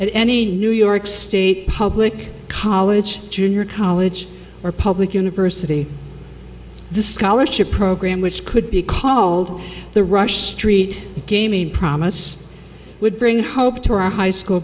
any new york state public college junior college or public university the scholarship program which could be called the rush street gamey promise would bring hope to our high school